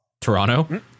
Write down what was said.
Toronto